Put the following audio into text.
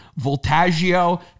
Voltaggio